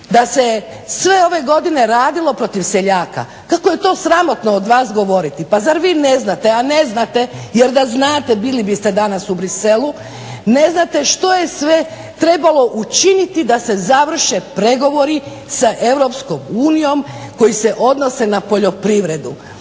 da se sve ove godine radilo protiv seljaka. Kako je to sramotno od vas govoriti. Pa zar vi ne znate, a ne znate jer da znate bili biste danas u Bruxellesu, ne znate što je sve trebalo učiniti da se završe pregovori sa EU koji se odnose na poljoprivredu,